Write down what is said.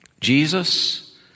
Jesus